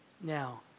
Now